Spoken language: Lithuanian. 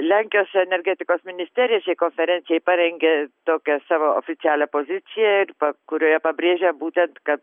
lenkijos energetikos ministerija šiai konferencijai parengė tokią savo oficialią poziciją kurioje pabrėžė būtent kad